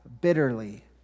bitterly